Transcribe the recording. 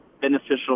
beneficial